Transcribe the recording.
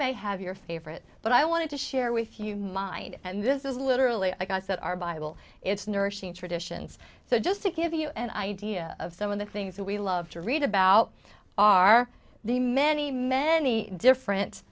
may have your favorite but i want to share with you mine and this is literally like i said our bible it's nourishing traditions so just to give you an idea of some of the things that we love to read about are the many many different